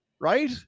right